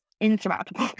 insurmountable